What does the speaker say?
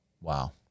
Wow